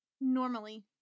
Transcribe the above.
normally